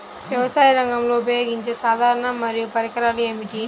వ్యవసాయరంగంలో ఉపయోగించే సాధనాలు మరియు పరికరాలు ఏమిటీ?